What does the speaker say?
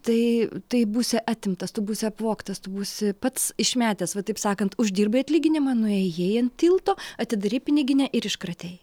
tai tai būsi atimtas tu būsi apvogtas tu būsi pats išmetęs va taip sakant uždirbai atlyginimą nuėjai ant tilto atidarei piniginę ir iškratei